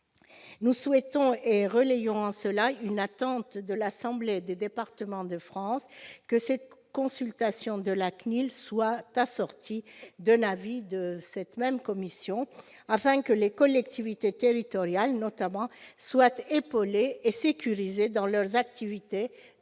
Nous souhaitons, et relayons en cela une attente de l'Assemblée des départements de France, que cette consultation de la CNIL soit assortie d'un avis de cette même commission, afin que les collectivités territoriales, notamment, soient épaulées et sécurisées dans leurs activités de traitement